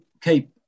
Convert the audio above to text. keep